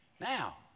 Now